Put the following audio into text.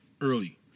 early